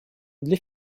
для